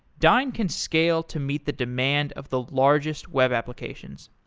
dyn can scale to meet the demand of the largest web applications.